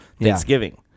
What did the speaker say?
Thanksgiving